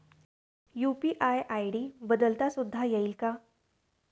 UPI ID बदलता सुद्धा येईल का?